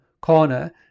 corner